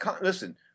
listen